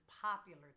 popular